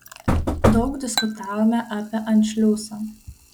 daug diskutavome apie anšliusą